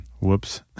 Whoops